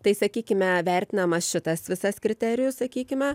tai sakykime vertinamas šitas visas kriterijus sakykime